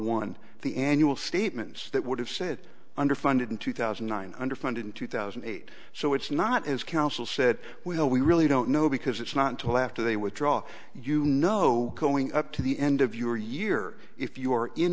one the annual statements that would have said under funded in two thousand and nine under funded in two thousand and eight so it's not as counsel said well we really don't know because it's not until after they withdraw you know going up to the end of your year if you are